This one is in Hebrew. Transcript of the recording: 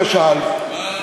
למשל,